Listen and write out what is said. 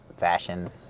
fashion